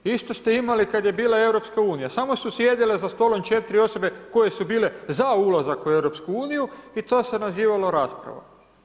Isto ste imali kad je bila EU, samo su sjedile za stolom 4 osobe koje su bile za ulazak u EU i to se nazivalo raspravom.